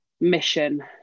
mission